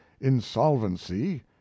insolvency